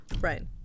right